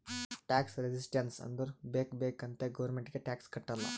tax resistance ಅಂದುರ್ ಬೇಕ್ ಬೇಕ್ ಅಂತೆ ಗೌರ್ಮೆಂಟ್ಗ್ ಟ್ಯಾಕ್ಸ್ ಕಟ್ಟಲ್ಲ